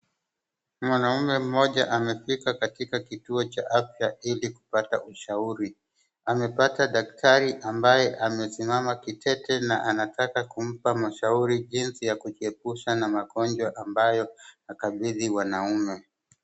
Mwanaume mmoja amefika katika kituo cha afya ili kupata mashauri, amepata daktari ambaye amesimama kitete na anataka kumpa mashauri jinsi ya kujiepusha na magonjwa ambayo yanakabidhi wanaume.